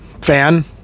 Fan